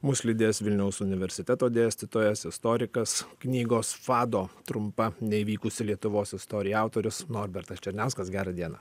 mus lydės vilniaus universiteto dėstytojas istorikas knygos fado trumpa neįvykusi lietuvos istorija autorius norbertas černiauskas gerą dieną